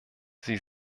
sie